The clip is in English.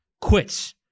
quits